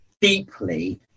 deeply